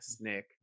Nick